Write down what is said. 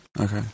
Okay